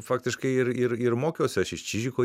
faktiškai ir ir ir mokiausi aš iš čižiko